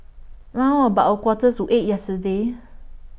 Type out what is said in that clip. round about A Quarter to eight yesterday